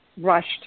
rushed